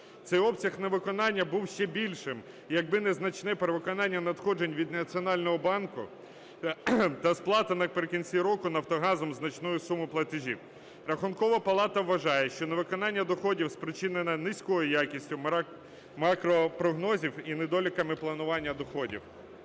Цей обсяг невиконання був би ще більшим, якби незначне перевиконання надходжень від Національного банку та сплата наприкінці року "Нафтогазом" значної суми платежів. Рахункова палата вважає, що невиконання доходів спричинене низькою якістю макропрогнозів і недоліками планування доходів.